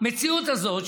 המציאות הזאת,